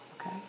Okay